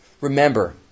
remember